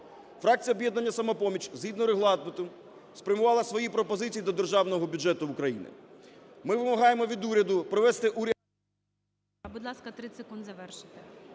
Фракція "Об'єднання "Самопоміч" згідно Регламенту спрямувала свої пропозиції до Державного бюджету України. Ми вимагаємо від уряду провести…